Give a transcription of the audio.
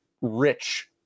rich